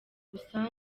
gusa